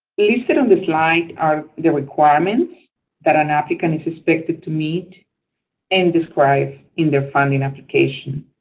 listed on the slide are the requirements that an applicant is expected to meet and describe in their funding application.